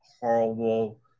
horrible